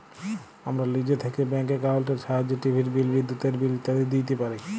আমরা লিজে থ্যাইকে ব্যাংক একাউল্টের ছাহাইয্যে টিভির বিল, বিদ্যুতের বিল ইত্যাদি দিইতে পারি